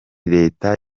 leta